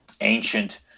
ancient